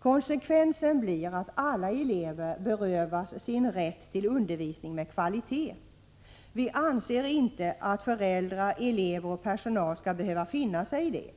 Konsekvensen blir att alla elever berövas sin rätt till undervisning med kvalitet. Vi anser inte att föräldrar, elever och personal skall behöva finna sig i detta.